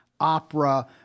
opera